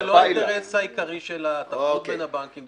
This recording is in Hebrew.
זה לא האינטרס העיקרי של התחרות בין הבנקים.